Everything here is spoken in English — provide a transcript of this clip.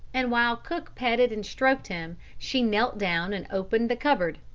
and while cook petted and stroked him, she knelt down and opened the cupboard.